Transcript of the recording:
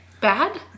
Bad